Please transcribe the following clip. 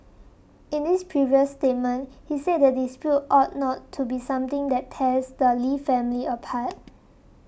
in this previous statement he said the dispute ought not to be something that tears the Lee family apart